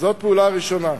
זאת פעולה ראשונה,